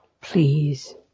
Please